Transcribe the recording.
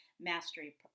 Mastery